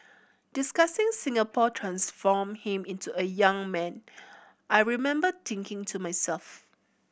discussing Singapore transformed him into a young man I remember thinking to myself